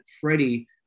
Freddie